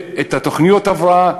את תוכניות ההבראה,